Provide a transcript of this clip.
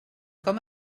com